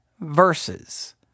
verses